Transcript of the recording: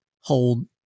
hold